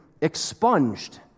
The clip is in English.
expunged